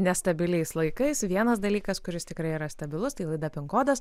nestabiliais laikais vienas dalykas kuris tikrai yra stabilus tai laida pin kodas